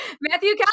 Matthew